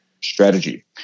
strategy